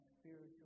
spiritual